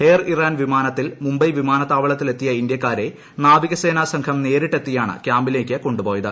air Iran വിമാനത്തിൽ മുബൈ വിമാനത്താവളത്തിലെത്തിയ ഇന്ത്യാക്കാരെ നാവികസേന സംഘം നേരിട്ട് എത്തിയാണ് ക്യാമ്പിലേക്ക് ക്ടൊണ്ടുപോയത്